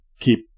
keep